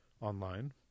online